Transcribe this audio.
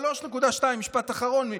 משפט אחרון.